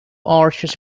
archers